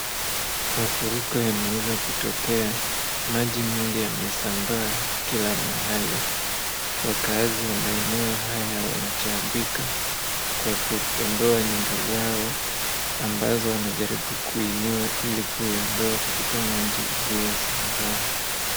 Mafuriko yameweza kutokea, maji mengi yamesambaa kila mahali, wakaazi wa maeneo haya wanataabika kwa kuondoa nyumba zao ambazo wanajaribu kuinua ili kuiondoa katika maji iliyo sambaa.